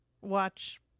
watch